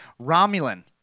Romulan